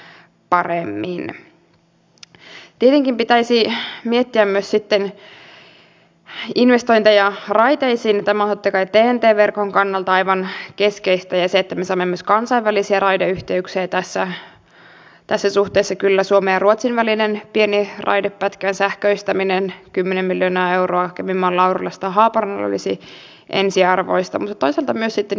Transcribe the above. jos tulkintani on väärä niin koko suomalainen media tulkitsi teidän tiedotustilaisuutenne ja antamanne lausunnot väärin koko suomalainen media koska kaikki tulkitsivat että välikysymys tehtiin ministeri stubbin virheellisestä lausunnosta jota te välikysymystekstissä pidätte tahallisena